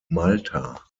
malta